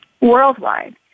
worldwide